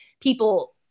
people